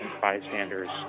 bystanders